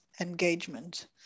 engagement